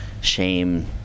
Shame